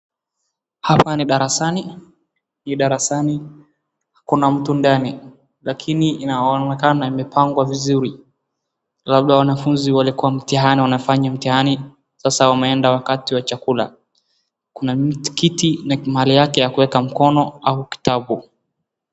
Hapa ni darasani, ni darasani kuna mtu ndani lakini inaonekana imepangwa vizuri, labda wanafunzi walikuwa mtihani wanafanya mtihani, sasa wameenda wakati wa chakula. Kuna kiti na mahali yake ya kuweka mkono au kitabu.